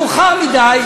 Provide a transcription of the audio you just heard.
מאוחר מדי,